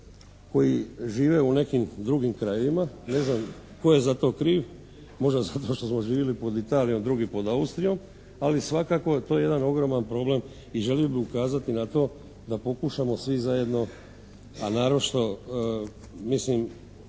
koji žive u nekim drugim krajevima. Ne znam tko je za to kriv? Možda zato što smo živjeli pod Italijom, drugi pod Austrijom. Ali svakako to je jedan ogroman problem i želio bih ukazati na to da pokušamo svi zajedno a naročito mislim